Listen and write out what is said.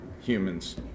humans